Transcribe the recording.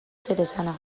zeresana